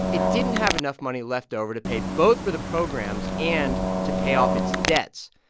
it didn't have enough money left over to pay both for the programs and to pay off its debts.